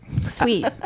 Sweet